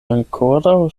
ankoraŭ